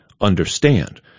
understand